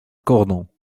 cordon